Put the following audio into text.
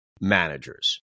managers